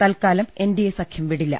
തൽക്കാലം എൻഡിഎ സഖ്യം വിടില്ല